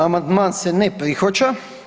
Amandman se ne prihvaća.